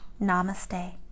Namaste